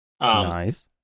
Nice